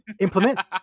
implement